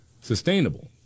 sustainable